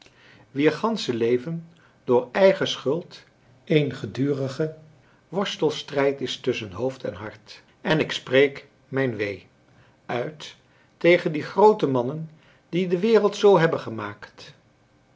wier gansche leven door eigen schuld een gedurige worstelstrijd is tusschen hoofd en hart en ik spreek mijn wee uit tegen die groote mannen die de wereld zoo hebben gemaakt